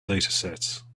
datasets